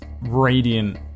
radiant